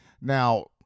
Now